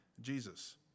Jesus